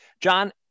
John